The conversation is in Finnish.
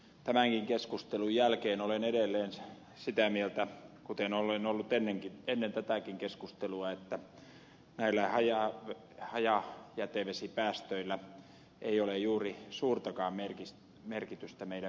tämänkin keskustelun jälkeen olen edelleen sitä mieltä kuten olen ollut ennen tätäkin keskustelua että näillä hajajätevesipäästöillä ei ole juuri suurtakaan merkitystä meidän vesistöjen tilalle